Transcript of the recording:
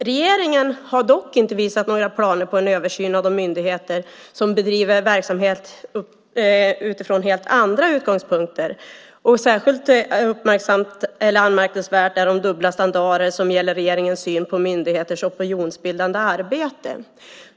Regeringen har dock inte visat några planer på en översyn av de myndigheter som bedriver verksamhet utifrån helt andra utgångspunkter. Särskilt anmärkningsvärd är de dubbla standarder som gäller regeringens syn på myndigheters opinionsbildande arbete.